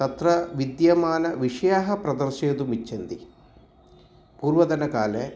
तत्र विद्यमानाः विषयाः प्रदर्शयितुम् इच्छन्ति पूर्वतनकाले